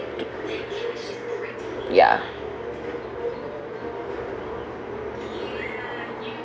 ya